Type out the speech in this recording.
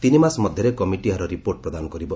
ତିନିମାସ ମଧ୍ୟରେ କମିଟି ଏହାର ରିପୋର୍ଟ ପ୍ରଦାନ କରିବ